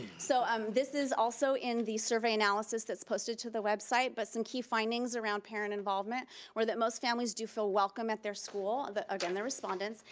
so um this is also in the survey analysis that's posted to the website, but some key findings around parent involvement were that most families do feel welcome at their school. again, they're respondents,